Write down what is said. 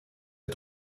der